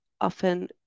often